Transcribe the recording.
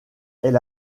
elle